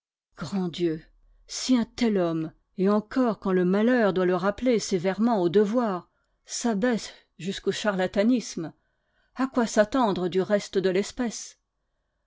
grand dieu si un tel homme et encore quand le malheur doit le rappeler sévèrement au devoir s'abaisse jusqu'au charlatanisme à quoi s'attendre du reste de l'espèce